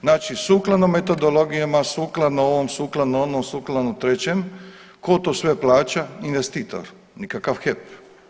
Znači sukladno metodologijama, sukladno ovom, sukladno onom, sukladno trećem, tko to sve plaća investitor nikakav HEP.